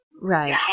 Right